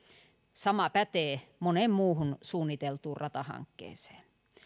sama pätee moneen muuhun suunniteltuun ratahankkeeseen